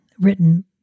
written